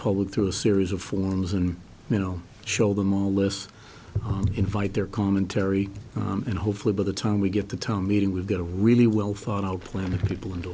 public through a series of forums and you know show them a list invite their commentary and hopefully by the time we get the town meeting we've got a really well thought out plan of people